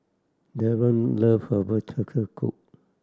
Dereon love herbal turtle